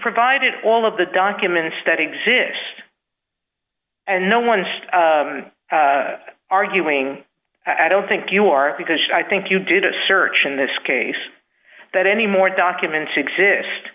provided all of the documents that exist and no one just arguing i don't think you are because i think you did a search in this case that any more documents exist